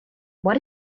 what